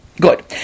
Good